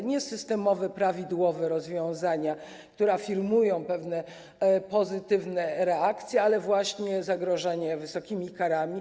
A zatem nie systemowe, prawidłowe rozwiązania, które afirmują pewne pozytywne reakcje, ale właśnie grożenie wysokimi karami.